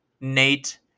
Nate